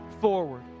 forward